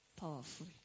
Powerful